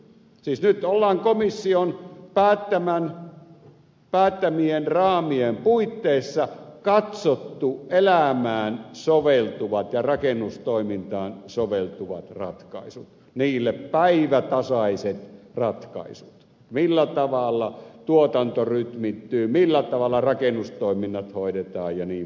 siis nyt ollaan komission päättämien raamien puitteissa katsottu elämään soveltuvat ja rakennustoimintaan soveltuvat ratkaisut niille päivätasaiset ratkaisut millä tavalla tuotanto rytmittyy millä tavalla rakennustoiminnat hoidetaan jnp